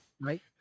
Right